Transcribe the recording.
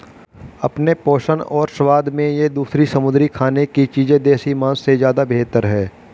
अपने पोषण और स्वाद में ये दूसरी समुद्री खाने की चीजें देसी मांस से ज्यादा बेहतर है